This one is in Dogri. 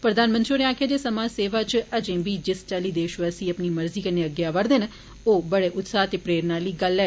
प्रधानमंत्री होरें आक्खेआ जे समाज सेवा च अजें बी जिस चाल्ली देशवासी अपनी मर्जी कन्नै अग्गै आवारदे न ओ बडे उत्साह ते प्रेरणा आली गल्ल ऐ